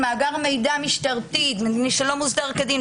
מאגר מידע משטרתי שלא מוסדר כדין,